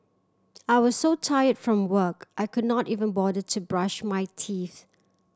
I was so tired from work I could not even bother to brush my teeth